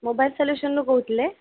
mobile ସଲ୍ୟୁସନ୍ରୁ କହୁଥିଲେ